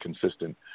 consistent